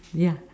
ya